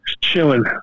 Chilling